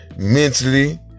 Mentally